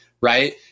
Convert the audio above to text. right